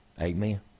Amen